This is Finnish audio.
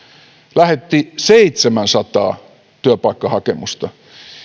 lähetti seitsemänsataa työpaikkahakemusta